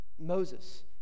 Moses